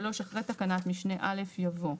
אחרי תקנת משנה (א) יבוא: